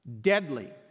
Deadly